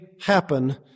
happen